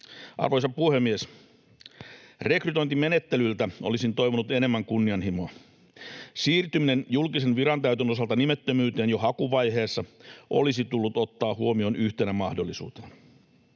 Arvoisa puhemies! Rekrytointimenettelyltä olisin toivonut enemmän kunnianhimoa. Siirtyminen julkisen virantäytön osalta nimettömyyteen jo hakuvaiheessa olisi tullut ottaa huomioon yhtenä mahdollisuutena.